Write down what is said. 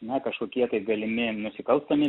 na kažkokie tai galimi nusikalstami